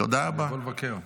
תודה רבה.